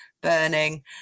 burning